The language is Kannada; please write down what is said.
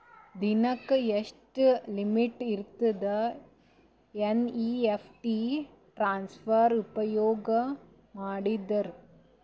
ದಿನಕ್ಕ ಎಷ್ಟ ಲಿಮಿಟ್ ಇರತದ ಎನ್.ಇ.ಎಫ್.ಟಿ ಟ್ರಾನ್ಸಫರ್ ಉಪಯೋಗ ಮಾಡಿದರ?